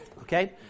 Okay